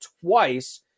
twice